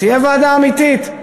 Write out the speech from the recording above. תהיה ועדה אמיתית,